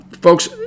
folks